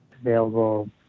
available